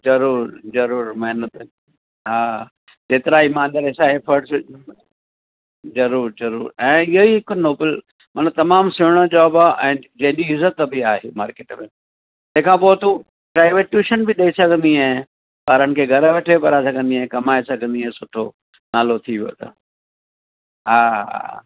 ज़रूरु ज़रूरु महिनत हा जेतिरा ईमांदार असांजे फ़र्ज़ ज़रूरु ज़रूरु ऐं इहा ही हिकु नोबल माना तमामु सुहिणो जॉब आहे ऐं जेॾी इज़त बि आहे मार्किट में तंहिंखां पोइ तू प्राईवेट ट्यूशन बि ॾेई सघंदी आहे ॿारनि खे घरु वेठे पढ़ाई सघंदी आहे कमाए सघंदी आहे सुठो नालो थी वेंदो हा हा